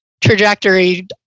trajectory